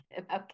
Okay